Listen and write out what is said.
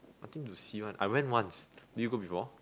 nothing to see one I went once did you go before